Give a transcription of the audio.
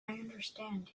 understand